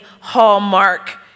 hallmark